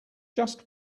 just